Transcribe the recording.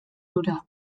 hura